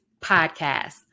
Podcast